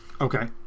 Okay